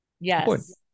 yes